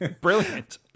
Brilliant